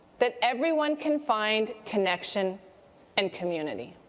that everyone can find connection and community.